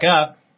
up